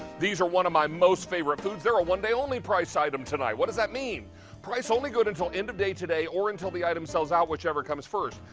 these are one of my most favorite foods, there a one day only price item tonight. what does that? lean price only good until end of day, today, or until the item sells out, whatever comes first.